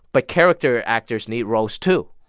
but character actors need roles, too.